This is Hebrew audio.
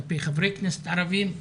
כלפי חברי כנסת ערבים.